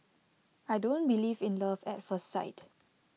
I don't believe in love at first sight